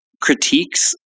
critiques